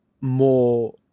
more